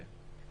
כן.